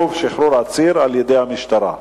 שנמצא כאן: עיכוב שחרור עציר על-ידי המשטרה.